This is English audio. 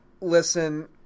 listen